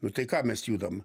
nu tai ką mes judam